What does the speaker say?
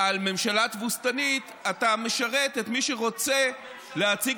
על ממשלה תבוסתנית אתה משרת את מי שרוצה להציג